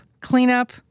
cleanup